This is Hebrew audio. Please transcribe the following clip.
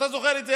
אתה זוכר את זה,